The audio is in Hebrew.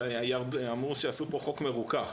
אמרו שיעשו פה חוק מרוכך,